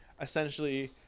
essentially